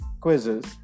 quizzes